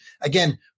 again